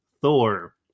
Thor